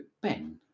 Ben